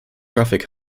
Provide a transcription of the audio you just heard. traffic